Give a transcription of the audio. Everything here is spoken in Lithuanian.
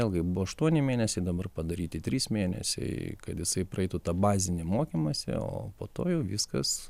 ilgai buvo aštuoni mėnesiai dabar padaryti trys mėnesiai kad jisai praeitų tą bazinį mokymąsi o po to jau viskas